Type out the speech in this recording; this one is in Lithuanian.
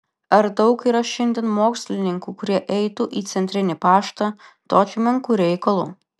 ar daug yra šiandien mokslininkų kurie eitų į centrinį paštą tokiu menku reikalu